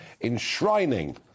enshrining